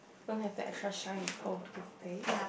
some have the extra shine with pearl toothpaste